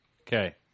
Okay